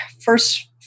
first